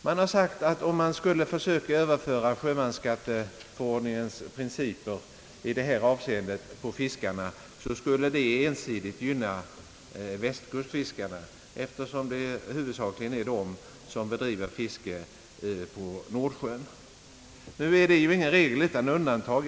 Det har sagts att om man skulle försöka överföra sjömansskatteförordningens principer i detta avseende på fiskarna skulle det ensidigt gynna västkustfiskarna, eftersom det huvudsakligen är de som bedriver fiske på Nordsjön. Nu finns ju ingen regel utan undantag.